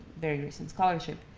very recent scholarship.